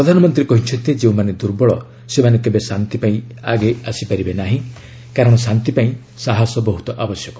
ପ୍ରଧାନମନ୍ତ୍ରୀ କହିଛନ୍ତି ଯେଉଁମାନେ ଦୁର୍ବଳ ସେମାନେ କେବେ ଶାନ୍ତିପାଇଁ ଆଗେଇ ଆସିପାରିବେ ନାହିଁ କାରଣ ଶାନ୍ତିପାଇଁ ସାହସ ବହ୍ରତ ଆବଶ୍ୟକ